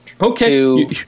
Okay